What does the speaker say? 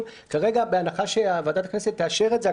בהנחה שוועדת הכנסת תאשר את זה,